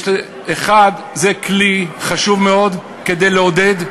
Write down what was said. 1. זה כלי חשוב מאוד לעודד,